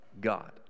God